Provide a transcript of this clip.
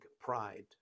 pride